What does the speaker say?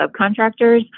subcontractors